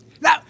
Now